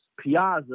Piazza